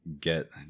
get